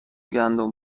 گندم